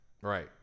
right